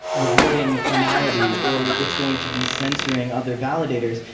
reverting finality or it's going to be censoring other validators,